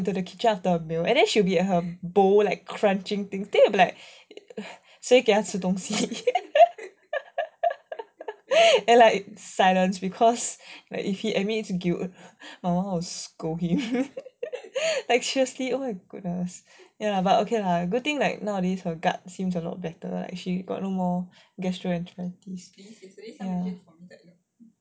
into the kitchen and then she will be at her bowl crunching things then you will be like 谁给他吃东西 and like silence cause if he admits guilty then hor I'm gonna scold him like seriously oh my goodness but okay lah good thing like nowadays her guts I think it's a lot better she got no more gastro~